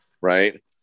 right